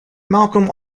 malcolm